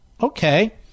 okay